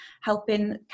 helping